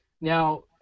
Now